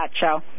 Show